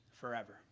forever